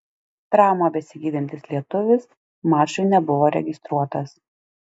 traumą besigydantis lietuvis mačui nebuvo registruotas